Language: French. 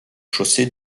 chaussées